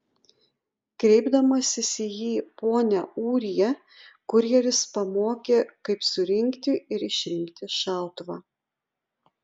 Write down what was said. kreipdamasis į jį pone ūrija kurjeris pamokė kaip surinkti ir išrinkti šautuvą